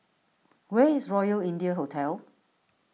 where is Royal India Hotel